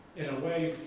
in a way